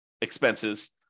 expenses